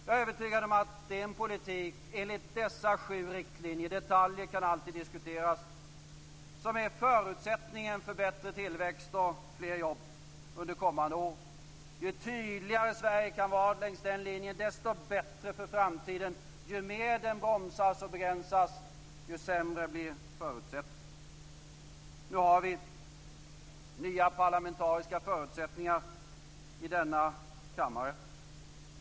Jag är övertygad om att det är en politik enligt dessa sju riktlinjer - detaljer kan alltid diskuteras - som är förutsättningen för bättre tillväxt och fler jobb under kommande år. Ju tydligare Sverige kan vara längs den linjen, desto bättre är det för framtiden. Ju mer den bromsas och begränsas, desto sämre blir förutsättningarna. Nu har vi nya parlamentariska förutsättningar i denna kammare.